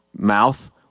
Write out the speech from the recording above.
mouth